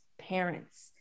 parents